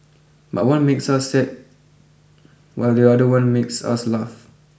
but one makes us sad while the other one makes us laugh